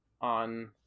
on